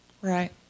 Right